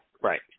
Right